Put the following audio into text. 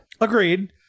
Agreed